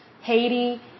Haiti